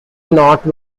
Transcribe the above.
not